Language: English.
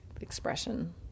expression